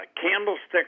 Candlestick